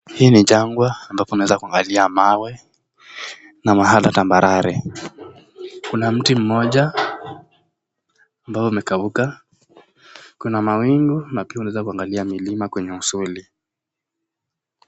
Hii ambapo unaweza kuangalia mawe na mahali tambarare. Kuna mti mmoja ambao umekauka, kuna mawingu na pia unaweza kuangalia milima kwenye usuli